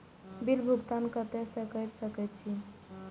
Bill भुगतान केते से कर सके छी?